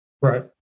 Right